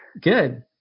Good